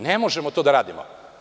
Ne možemo to da radimo.